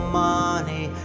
money